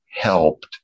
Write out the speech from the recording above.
helped